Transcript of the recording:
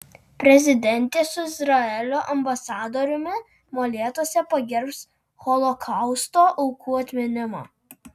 prezidentė su izraelio ambasadoriumi molėtuose pagerbs holokausto aukų atminimą